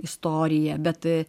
istoriją bet